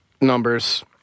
numbers